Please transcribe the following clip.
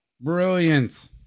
Brilliant